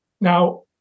Now